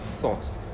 thoughts